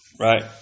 Right